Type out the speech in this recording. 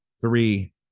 Three